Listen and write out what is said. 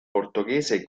portoghese